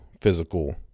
physical